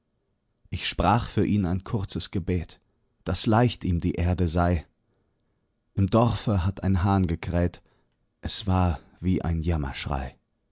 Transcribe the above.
ich sprach für ihn ein kurzes gebet daß leicht ihm die erde sei im dorfe hat ein hahn gekräht es war wie ein